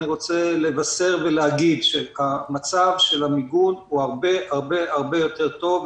אני רוצה לבשר ולהגיד שהמצב של המיגון הוא הרבה הרבה יותר טוב,